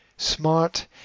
Smart